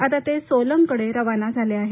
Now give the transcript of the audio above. आता ते सोलंग कडे रवाना झाले आहेत